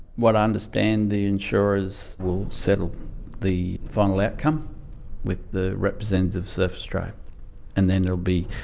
what i understand, the insurers will settle the final outcome with the representatives of surf australia and then there'll be